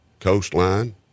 coastline